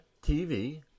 TV